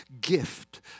gift